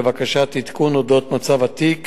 בבקשת עדכון על מצב התיק